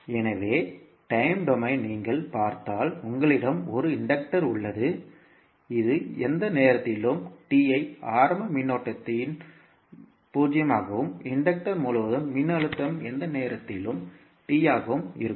எனவே டைம் டொமைனில் நீங்கள் பார்த்தால் உங்களிடம் ஒரு இன்டக்டர் உள்ளது இது எந்த நேரத்திலும் t ஐ ஆரம்ப மின்னோட்டத்தின் 0 ஆகவும் இன்டக்டர் முழுவதும் மின்னழுத்தம் எந்த நேரத்திலும் t ஆகவும் இருக்கும்